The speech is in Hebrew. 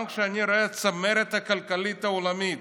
גם כשאני רואה את הצמרת הכלכלית העולמית,